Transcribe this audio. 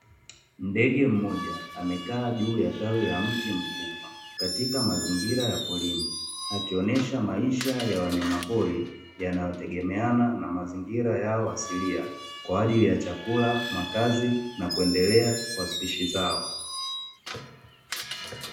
Ndege mmoja, amekaa juu ya tawi la mti mkubwa katika mazingira ya porini, akionyesha maisha ya wanyamapori yanayotegemeana na mazingira yao asilia kwa ajili ya chakula, makazi na kuendelea kwa spishi zao.